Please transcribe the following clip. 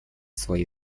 свои